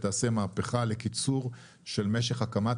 דוגמה שתעשה מהפיכה לקיצור של משך הקמת